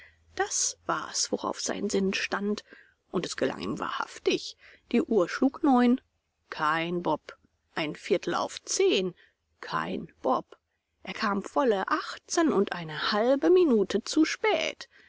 das war's worauf sein sinn stand und es gelang ihm wahrhaftig die uhr schlug neun kein bob ein viertel auf zehn kein bob er kam volle achtzehn und eine halbe minute zu spät